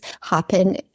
happen